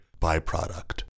byproduct